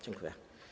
Dziękuję.